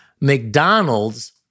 McDonald's